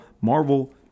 marvel